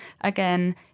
again